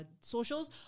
socials